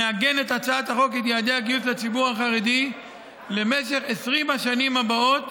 נעגן את הצעת החוק ואת יעדי הגיוס לציבור החרדי למשך 20 השנים הבאות,